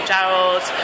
Gerald